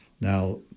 Now